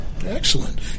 Excellent